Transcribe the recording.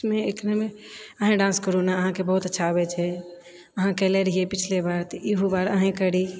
उसमे इतनेमे अहाँ डान्स करु नए अहाँकेँ बहुत अच्छा आबैछै अहाँ कएले रहिए पिछले बेर तऽ इहो बेर अहींँ करि